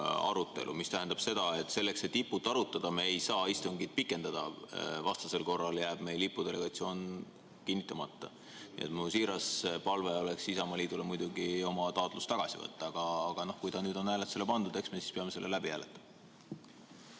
See tähendab seda, et selleks, et IPU‑t arutada, ei saa me istungit pikendada, vastasel korral jääb meil IPU delegatsioon kinnitamata. Mu siiras palve oleks Isamaaliidule oma taotlus tagasi võtta, aga kui see nüüd on hääletusele pandud, eks me siis peame selle läbi hääletama.